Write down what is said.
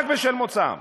רק בשל מוצאן.